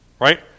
Right